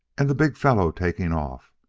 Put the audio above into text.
and the big fellow taking off,